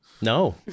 No